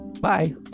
Bye